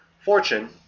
Fortune